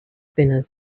spinners